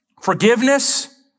forgiveness